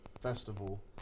festival